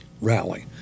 rally